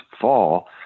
fall